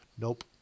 Nope